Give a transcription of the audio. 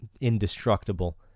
indestructible